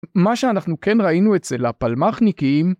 מה שאנחנו כן ראינו אצל הפלמחניקים